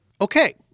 Okay